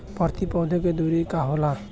प्रति पौधे के दूरी का होला?